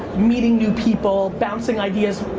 meeting new people, bouncing ideas,